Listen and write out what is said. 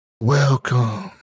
welcome